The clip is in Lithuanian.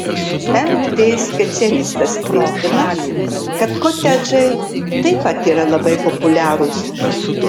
nt specialistas tvirtina kad kotedžai taip pat yra labai populiarūs